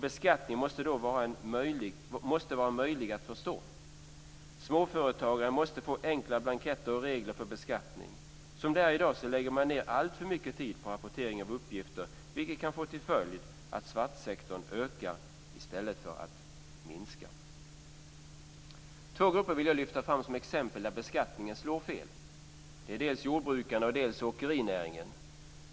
Beskattningen måste vara möjlig att förstå. Småföretagare måste få enklare blanketter och regler för beskattning. Som det är i dag lägger man ned alltför mycket tid på rapportering av uppgifter, vilket kan få till följd att svartsektorn ökar i stället för att minska. Två grupper vill jag lyfta fram som exempel på att beskattningen slår fel. Det är människor inom dels jordbruket, dels åkerinäringen.